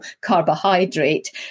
carbohydrate